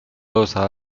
adosada